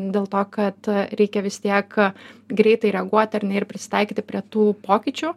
dėl to kad reikia vis tiek greitai reaguoti ar ne ir prisitaikyti prie tų pokyčių